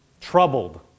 Troubled